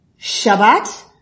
Shabbat